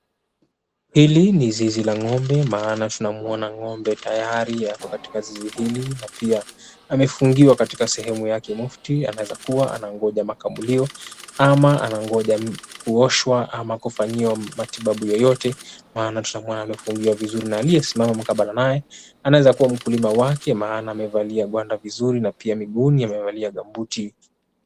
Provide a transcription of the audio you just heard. Hili ni zizi la ng'ombe maana tunamuona ng'ombe tayari ako katika zizi hili na pia amefungiwa katika sehemu yake mufti anaweza kuwa anangoja makamulio ama anangoja kuoshwa ama kufanyiwa matibabu yoyote maana tunamuona amefungiwa vizuri na aliyesimama mkabala naye anaweza kuwa mkulima wake maana amevalia gwanda vizuri na pia miguuni amevalia gambuti.